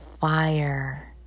fire